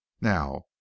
now